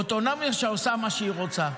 אוטונומיה שעושה מה שהיא רוצה.